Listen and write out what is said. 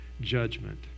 judgment